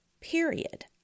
period